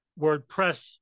WordPress